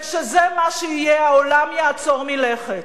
וכשזה מה שיהיה, העולם יעצור מלכת.